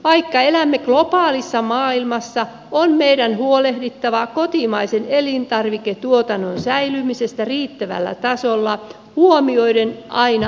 vaikka elämme globaalissa maailmassa on meidän huolehdittava kotimaisen elintarviketuotannon säilymisestä riittävällä tasolla huomioiden aina kriisitilanteet